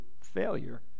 failure